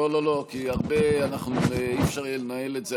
לא, לא, לא, כי לא יהיה אפשר לנהל את זה.